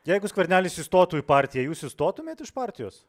jeigu skvernelis įstotų į partiją jūs išstotumėt iš partijos